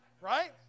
Right